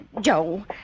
Joe